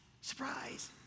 Surprise